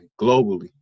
globally